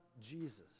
Jesus